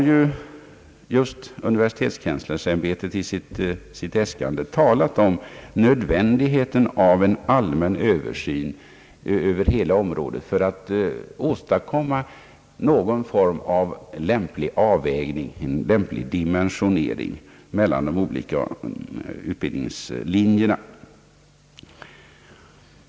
Ja, universitetskanslersämbetet har ju i sitt äskande talat just om nödvändigheten av en allmän Översyn över hela området för att åstadkomma en lämplig dimensionering och avvägning i någon form mellan de olika utbildningslinjerna.